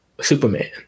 Superman